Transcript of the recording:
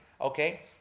okay